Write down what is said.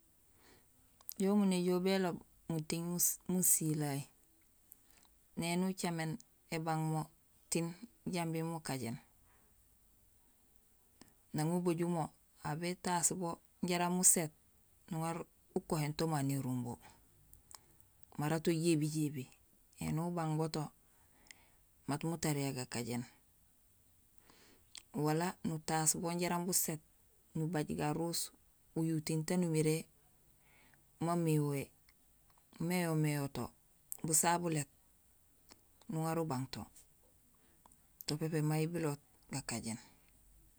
Injé munéjool béloob muting musileey néni ucaméén ébang mo tiin jambi mukajéén. Nang ubajul mo aw bétaas mo jaraam muséét, nuŋaar ukohéén to ma nérumbo; mara to jébijébi. Ēni ubang mo to mat mutariya gakajéén, wala nutaas bo jaraam boséét, nubay garuus uyu tiin taan umiré maméwoyé, méwoméwo to, basaha buléét to, nuŋaar bubang to, to pépé may biloot gakajéén